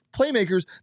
playmakers